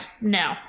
no